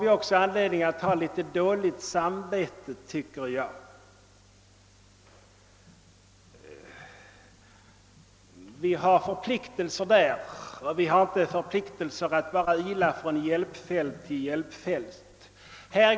Här har vi anledning att känna litet dåligt samvete, tycker jag. Vi har förpliktelser gentemot Sudan, och vi har därvidlag inte förpliktelser att bara ila från hjälpfält till hjälpfält.